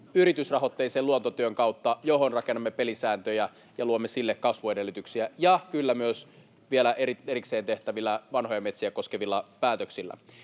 yritysrahoitteisen luontotyön kautta, johon rakennamme pelisääntöjä ja luomme sille kasvuedellytyksiä, ja kyllä myös vielä erikseen tehtävillä vanhoja metsiä koskevilla päätöksillä.